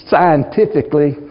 scientifically